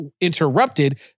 interrupted